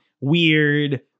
weird